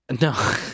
No